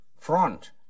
Front